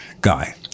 guy